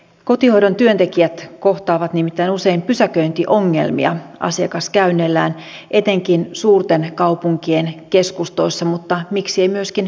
kotihoidon työntekijät kohtaavat nimittäin usein pysäköintiongelmia asiakaskäynneillään etenkin suurten kaupunkien keskustoissa mutta miksi ei myöskin taajamissa